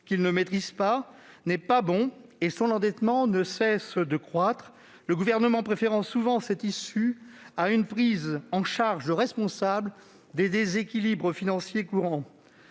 qu'il ne maîtrise pas, n'est pas bon et son endettement ne cesse de croître, mais le Gouvernement préfère souvent cette issue à une prise en charge responsable des déséquilibres financiers courants.